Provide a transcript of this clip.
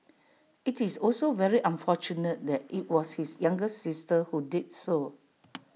IT is also very unfortunate that IT was his younger sister who did so